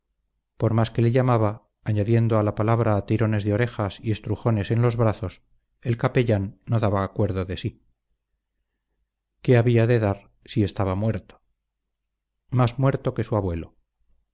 por más que le llamaba añadiendo a la palabra tirones de orejas y estrujones en los brazos el capellán no daba acuerdo de sí qué había de dar si estaba muerto más muerto que su abuelo